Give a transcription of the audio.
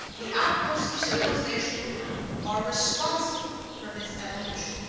the outposts of civilization are responsible for his evolution.